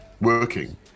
working